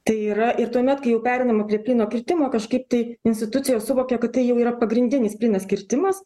tai yra ir tuomet kai jau pereinama prie plyno kirtimo kažkaip tai institucijos suvokia kad tai jau yra pagrindinis plynas kirtimas